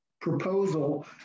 proposal